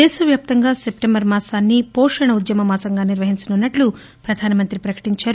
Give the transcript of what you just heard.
దేశ వ్యాప్తంగా సెప్లెంబర్ మాసాన్పి పోషణ ఉద్యమ మాసంగా నిర్వహించనున్నట్లు ప్రధానమంత్రి ప్రకటించారు